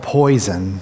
poison